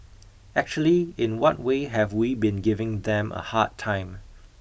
actually in what way have we been giving them a hard time